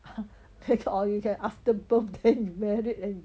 or you can after birth then married and